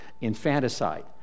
infanticide